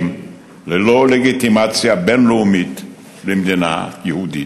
ללא לגיטימציה בין-לאומית למדינה יהודית.